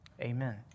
Amen